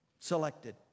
selected